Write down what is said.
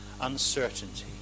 uncertainty